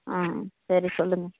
ஆ சரி சொல்லுங்கள்